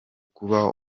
kuba